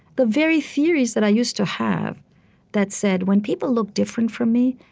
the very theories that i used to have that said, when people look different from me,